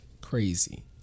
crazy